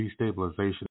destabilization